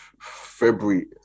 February